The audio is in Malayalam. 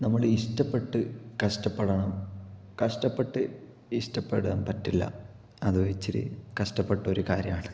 നമ്മൾ ഈ ഇഷ്ടപ്പെട്ടു കഷ്ടപ്പെടണം കഷ്ടപ്പെട്ട് ഇഷ്ടപ്പെടാന് പറ്റില്ല അതും ഇച്ചിരി കഷ്ടപ്പെട്ടൊരു കാര്യവാണ്